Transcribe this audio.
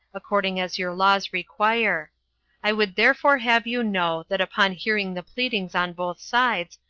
according as your laws require i would therefore have you know, that upon hearing the pleadings on both sides,